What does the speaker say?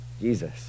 Jesus